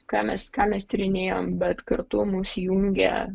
ką mes ką mes tyrinėjom bet kartu mus jungė